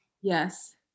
Yes